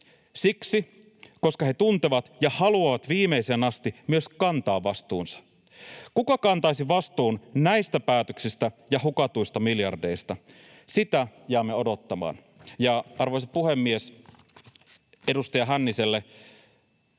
Siksi, koska he tuntevat ja haluavat viimeiseen asti myös kantaa vastuunsa. Kuka kantaisi vastuun näistä päätöksistä ja hukatuista miljardeista? Sitä jäämme odottamaan. Arvoisa puhemies! Edustaja Hänniselle: